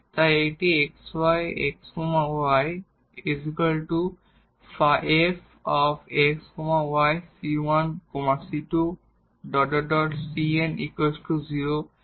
তাই এখানে xy x y f x y c1 c2 cn 0 তে একটি সম্পর্ক রয়েছে